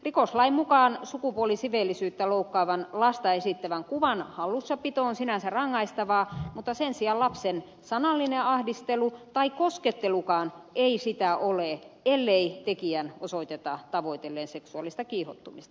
rikoslain mukaan sukupuolisiveellisyyttä loukkaavan lasta esittävän kuvan hallussapito on sinänsä rangaistavaa mutta sen sijaan lapsen sanallinen ahdistelu tai koskettelukaan ei sitä ole ellei tekijän osoiteta tavoitelleen seksuaalista kiihottumista